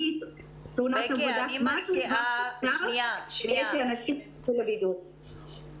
ברגע שהדבר יתאפשר אנחנו נהיה אלה שנשמח להעלות גם